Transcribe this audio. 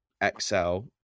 Excel